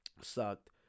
sucked